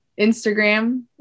Instagram